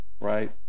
Right